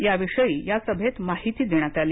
याविषयी या सभेत माहिती देण्यात आली